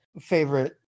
favorite